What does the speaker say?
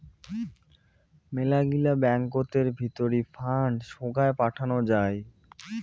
মেলাগিলা ব্যাঙ্কতের ভিতরি ফান্ড সোগায় পাঠানো যাই